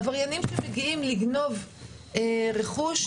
עבריינים שמגיעים לגנוב רכוש,